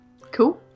Cool